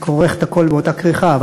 אני כורך את הכול באותה כריכה,